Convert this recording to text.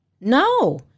No